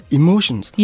emotions